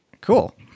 Cool